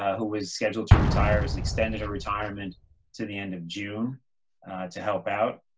who was scheduled to retire, has extended her retirement to the end of june to help out.